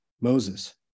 Moses